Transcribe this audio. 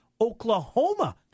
Oklahoma